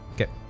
Okay